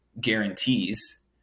guarantees